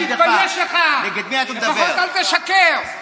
תודה לך, חבר הכנסת אבוטבול.